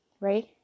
right